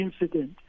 incident